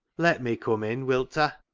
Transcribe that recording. let me cum in, will ta?